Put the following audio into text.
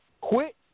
Quit